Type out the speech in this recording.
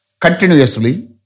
continuously